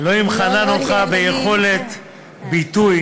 אלוהים חנן אותך ביכולת ביטוי,